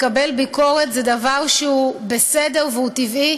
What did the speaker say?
לקבל ביקורת זה דבר שהוא בסדר והוא טבעי.